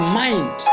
mind